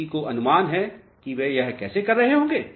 किसी को अनुमान है कि वे यह कैसे कर रहे होंगे